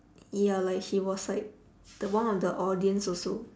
ya like he was like the one of the audience also